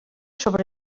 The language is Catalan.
sobre